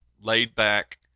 laid-back